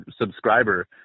subscriber